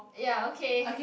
ya okay